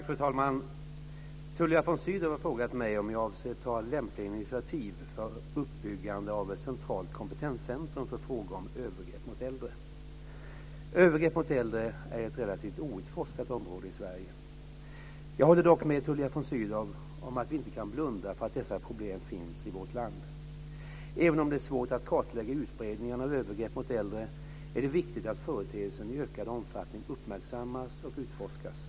Fru talman! Tullia von Sydow har frågat mig om jag avser att ta lämpliga initiativ för uppbyggande av ett centralt kompetenscentrum för frågor om övergrepp mot äldre. Övergrepp mot äldre är ett relativt outforskat område i Sverige. Jag håller dock med Tullia von Sydow om att vi inte kan blunda för att dessa problem finns i vårt land. Även om det är svårt att kartlägga utbredningen av övergrepp mot äldre är det viktigt att företeelsen i ökad omfattning uppmärksammas och utforskas.